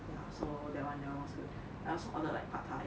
ya so that [one] that was good I also ordered like pad thai